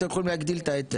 אתם יכולים להגדיל את ההיטל?